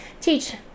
teach